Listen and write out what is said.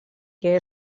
què